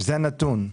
זה הנתון.